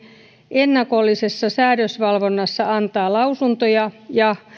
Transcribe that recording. ennakollisessa säädösvalvonnassa antaa lausuntoja ja